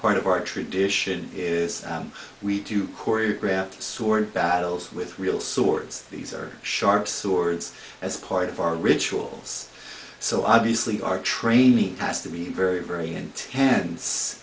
part of our tradition is we do choreographed sword battles with real swords these are sharp swords as part of our rituals so obviously our training has to be very very intense